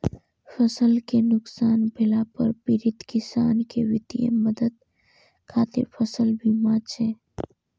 फसल कें नुकसान भेला पर पीड़ित किसान कें वित्तीय मदद खातिर फसल बीमा छै